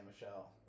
Michelle